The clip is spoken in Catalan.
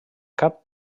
cap